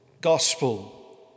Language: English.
Gospel